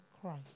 Christ